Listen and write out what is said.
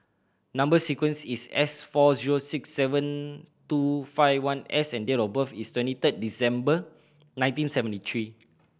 number sequence is S four zero six seven two five one S and date of birth is twenty third December nineteen seventy three